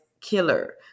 killer